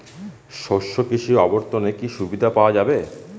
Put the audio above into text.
শস্য কৃষি অবর্তনে কি সুবিধা পাওয়া যাবে?